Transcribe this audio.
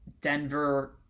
Denver